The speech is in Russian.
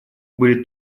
были